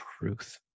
truth